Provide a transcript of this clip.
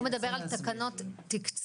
הוא מדבר על תקנות תקצוב.